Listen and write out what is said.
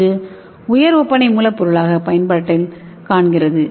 இது உயர் ஒப்பனை மூலப்பொருளாகக் பயன்பாட்டில் காண்கிறது